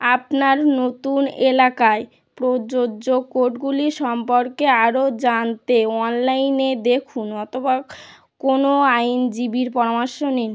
আপনার নতুন এলাকায় প্রযোজ্য কোডগুলি সম্পর্কে আরও জানতে অনলাইনে দেখুন অথবা কোনো আইনজীবীর পরামর্শ নিন